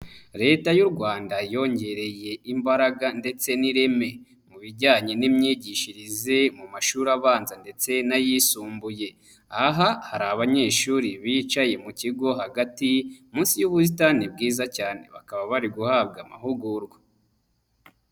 Leta y'u Rwanda yongereye imbaraga ndetse n'ireme mu bijyanye n'imyigishirize mu mashuri abanza ndetse n'ayisumbuye. Aha hari abanyeshuri bicaye mu kigo hagati munsi y'ubusitani bwiza cyane, bakaba bari guhabwa amahugurwa.